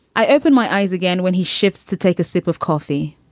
i open my eyes again when he shifts to take a sip of coffee.